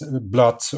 blood